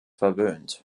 verwöhnt